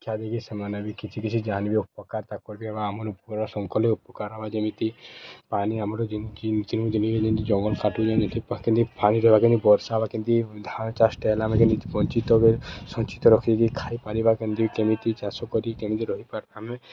ଶିକ୍ଷା ଦେଇକି ସେମାନେ ବି କିଛି କିଛି ଜାଣିବେ ଉପକାରିତା କରିବେ ଆମର୍ ଲୋକ୍ର ସମ୍କର୍ ଉପକାର୍ ହେବା ଯେମିତି ପାଣି ଆମର ଯେମିତି ଯେ ଯେମିତି ଜଙ୍ଗଲ କାଟୁଛନ୍ତି କେମିତି ପାଣି ରହିବା କେମତି ବର୍ଷା ହେବା କେମିତି ଧାନ ଚାଷଟେ ହେଲେ ଆମେ କେମିତି ବଞ୍ଚିତ ସଞ୍ଚିତ ରଖିକି ଖାଇପାରିବା କେମିତି କେମିତି ଚାଷ କରିକି କେମିତି ରହିବା ଆମେ